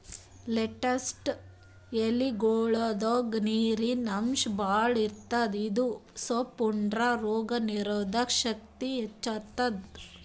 lettuce ಎಲಿಗೊಳ್ದಾಗ್ ನೀರಿನ್ ಅಂಶ್ ಭಾಳ್ ಇರ್ತದ್ ಇದು ಸೊಪ್ಪ್ ಉಂಡ್ರ ರೋಗ್ ನೀರೊದಕ್ ಶಕ್ತಿ ಹೆಚ್ತಾದ್